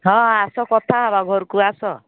ହଁ ଆସ କଥା ହେବା ଘରକୁ ଆସ